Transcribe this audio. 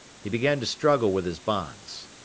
he began to struggle with his bonds.